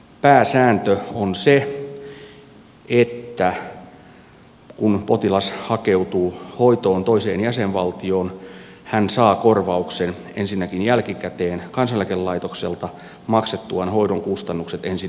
pääsääntö on se että kun potilas hakeutuu hoitoon toiseen jäsenvaltioon hän saa korvauksen ensinnäkin jälkikäteen kansaneläkelaitokselta maksettuaan hoidon kustannukset ensin itse kokonaan